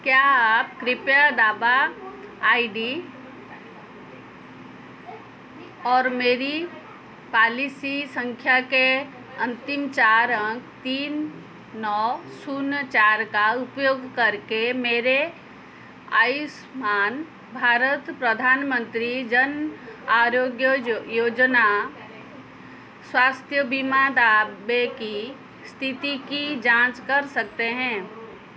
क्या आप कृपया दावा आइ डी और मेरी पॉलिसी सँख्या के अन्तिम चार अंक तीन नौ शून्य चार का उपयोग करके मेरे आयुष्मान भारत प्रधानमन्त्री जन आरोग्य जो योजना स्वास्थ्य बीमा दावे की इस्थिति की जाँच कर सकते हैं